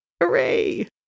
Hooray